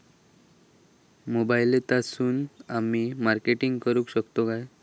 मोबाईलातसून आमी मार्केटिंग करूक शकतू काय?